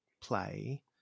play